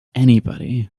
anybody